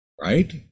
Right